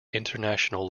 international